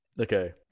Okay